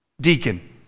Deacon